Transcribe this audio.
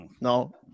No